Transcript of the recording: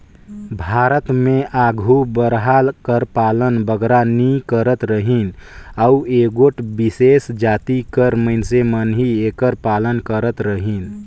भारत में आघु बरहा कर पालन बगरा नी करत रहिन अउ एगोट बिसेस जाति कर मइनसे मन ही एकर पालन करत रहिन